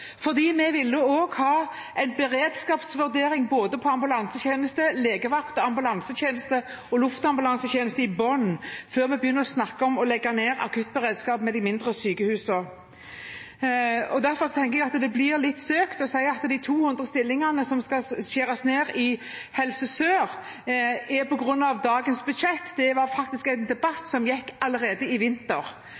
fordi vi også ville ha en beredskapsvurdering av både legevakt- og ambulansetjeneste og luftambulansetjeneste i bunn før vi begynner å legge ned akuttberedskap ved de mindre sykehusene. Derfor tenker jeg at det blir litt søkt å si at de 200 stillingene som skal kuttes i Helse Sør, er på grunn av dagens budsjett. Det var faktisk en debatt